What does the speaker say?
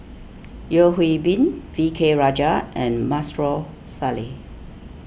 Yeo Hwee Bin V K Rajah and Maarof Salleh